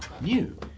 New